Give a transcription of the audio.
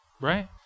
right